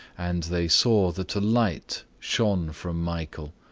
and they saw that a light shone from michael.